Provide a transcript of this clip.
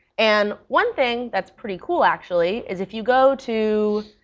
and one thing that's pretty cool actually is if you go to